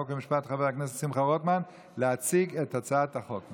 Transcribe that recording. חוק ומשפט חבר הכנסת שמחה רוטמן להציג את הצעת החוק.